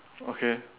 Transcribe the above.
okay